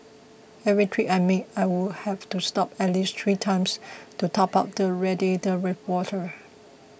every trip I made I would have to stop at least three times to top up the radiator with water